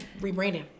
rebranding